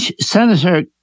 Senator